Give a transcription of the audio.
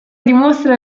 dimostra